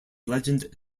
legend